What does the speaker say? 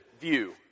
view